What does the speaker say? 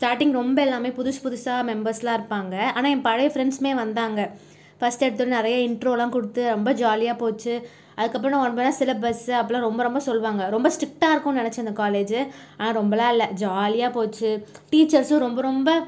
starting ரொம்ப எல்லாமே புதுசு புதுசாக மெம்பர்ஸெலாம் இருப்பாங்க ஆனால் என் பழைய ஃப்ரெண்ட்ஸுமே வந்தாங்க ஃபர்ஸ்ட் எடுத்தோனே நிறைய இன்ட்ரோலாம் கொடுத்து ரொம்ப ஜாலியாக போச்சு அதுக்கப்புறம் ஒன் மேல் சிலபஸ் அப்புறம் ரொம்ப ரொம்ப சொல்வாங்க ரொம்ப சொல்வாங்க ரொம்ப ஸ்ட்ரிக்டா இருக்கும்னு நினைத்தேன் காலேஜ் ஆனால் ரொம்பலாம் இல்லை ஜாலியாக போச்சு டீச்சர்ஸும் ரொம்ப ரொம்ப